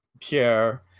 Pierre